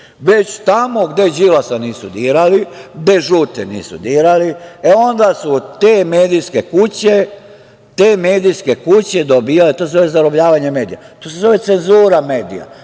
već tamo gde Đilasa nisu dirali, gde žute nisu dirali, e onda su te medijske kuće, dobijale, to se zove zarobljavanje medija, i to se zove cenzura medija. Cenzura